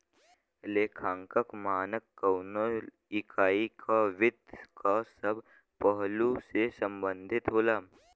लेखांकन मानक कउनो इकाई क वित्त क सब पहलु से संबंधित होला